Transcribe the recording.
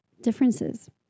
differences